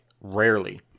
Rarely